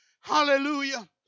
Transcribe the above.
Hallelujah